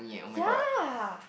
ya